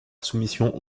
soumission